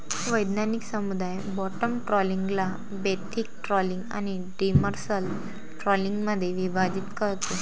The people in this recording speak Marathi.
वैज्ञानिक समुदाय बॉटम ट्रॉलिंगला बेंथिक ट्रॉलिंग आणि डिमर्सल ट्रॉलिंगमध्ये विभाजित करतो